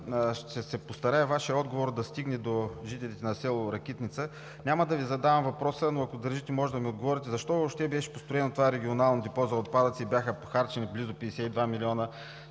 ще се постарая Вашият отговор да стигне до жителите на село Ракитница. Няма да Ви задавам въпроса, но ако държите, можете да ми отговорите – защо въобще беше построено това регионално депо за отпадъци и бяха похарчени близо 52 милиона,